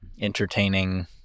entertaining